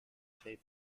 shave